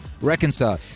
Reconcile